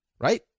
Right